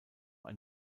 ein